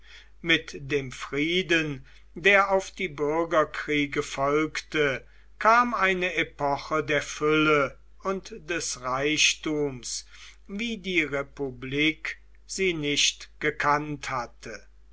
mit dem frieden der auf die bürgerkriege folgte kam eine epoche der fülle und des reichtums wie die republik sie nicht gekannt hatte